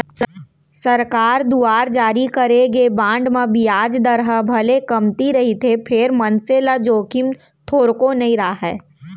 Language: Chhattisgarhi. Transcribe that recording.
सरकार दुवार जारी करे गे बांड म बियाज दर ह भले कमती रहिथे फेर मनसे ल जोखिम थोरको नइ राहय